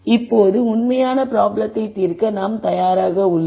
இப்போது உண்மையான ப்ராப்ளத்தை தீர்க்க நாம் தயாராக உள்ளோம்